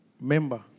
member